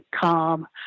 calm